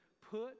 put